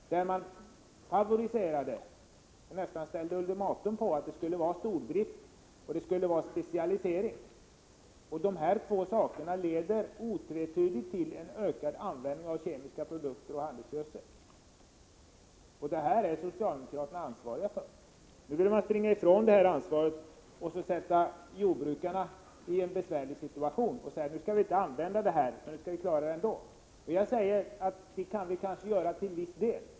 Socialdemokraterna favoriserade, nästan ställde ultimatum på, stordrift och specialisering. Dessa två saker leder otvetydigt till en ökad användning av kemiska produkter och handelsgödsel. Detta är socialdemokraterna ansvariga för. Nu vill man springa ifrån detta ansvar och sätta jordbrukarna i en besvärlig situation genom att säga att de inte skall använda kemikalier längre utan klara jordbruket ändå. Vi kan kanske klara detta till en viss del.